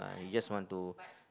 he just want to